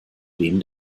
wem